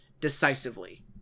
decisively